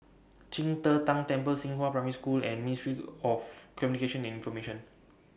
Qing De Tang Temple Xinghua Primary School and Ministry of Communications and Information